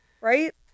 right